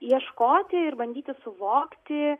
ieškoti ir bandyti suvokti